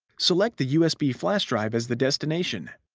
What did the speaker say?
select the usb flash drive as the destination,